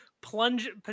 plunge